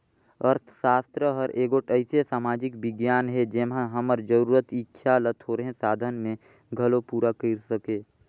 अर्थसास्त्र हर एगोट अइसे समाजिक बिग्यान हे जेम्हां हमर जरूरत, इक्छा ल थोरहें साधन में घलो पूरा कइर सके